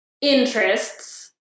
interests